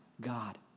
God